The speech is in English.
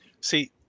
See